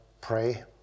pray